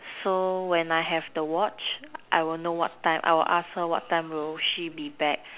so when I have the watch I will know what time I will ask her what time will she be back